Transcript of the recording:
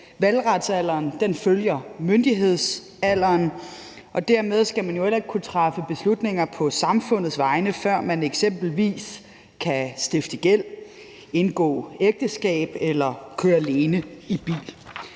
valgretsalderen følger myndighedsalderen, og dermed skal man jo heller ikke kunne træffe beslutninger på samfundets vegne, før man eksempelvis kan stifte gæld, indgå ægteskab eller køre alene i bil.